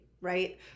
right